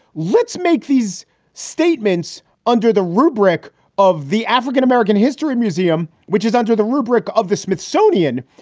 let's make these statements under the rubric of the african-american history museum, which is under the rubric of the smithsonian,